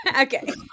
Okay